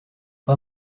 pas